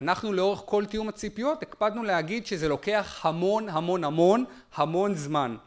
אנחנו לאורך כל תיאום הציפיות, הקפדנו להגיד שזה לוקח המון, המון, המון, המון זמן.